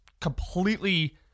completely